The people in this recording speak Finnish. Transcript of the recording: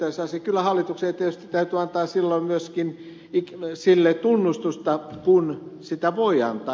sasi kyllä hallitukselle tietysti täytyy antaa silloin myöskin tunnustusta kun sitä voi antaa